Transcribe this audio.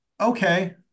Okay